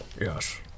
Yes